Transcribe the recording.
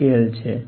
scale છે